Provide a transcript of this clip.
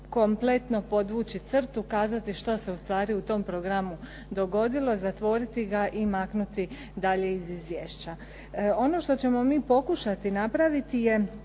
kompletno podvući crtu, kazati što se ustvari u tom programu dogodilo, zatvoriti ga i maknuti dalje iz izvješća. Ono što ćemo i pokušati napraviti je